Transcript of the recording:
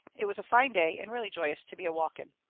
it was a fine day, and really joyous to be a-walking.